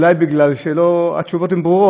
אולי כי התשובות הן ברורות,